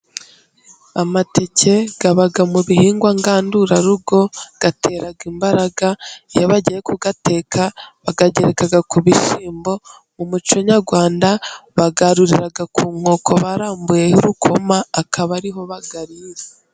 Amateke aba mu bihingwa ngandurarugo. Atera imbaraga iyo bagiye kuyateka bayagereka ku bishyimbo. Mu muco nyarwanda bayarurira ku nkoko barambuyeho urukoma, akaba ariho bayarira.